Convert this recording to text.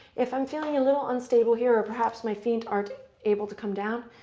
if i'm feeling a little unstable here, or perhaps my feet aren't able to come down,